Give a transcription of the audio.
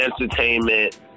entertainment